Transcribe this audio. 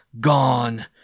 Gone